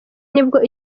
nibwo